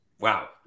Wow